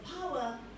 power